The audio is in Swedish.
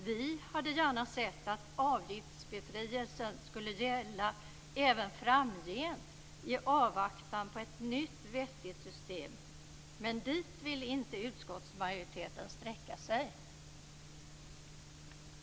Vi hade gärna sett att avgiftsbefrielsen skulle gälla även framgent i avvaktan på ett nytt vettigt system, men dit ville inte utskottsmajoriteten sträcka sig.